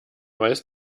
weißt